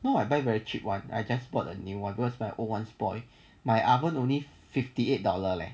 no I buy very cheap [one] I just bought a new one because my old one spoil my oven only fifty eight dollar leh